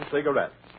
Cigarettes